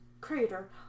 creator